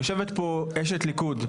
יושבת פה אשת ליכוד,